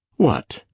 what!